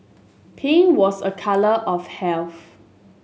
pink was a colour of health